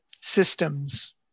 systems